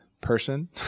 person